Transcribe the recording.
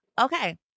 Okay